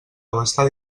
abastar